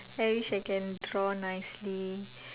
I wish I can draw nicely